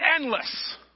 endless